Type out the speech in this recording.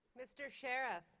mr. sheriff,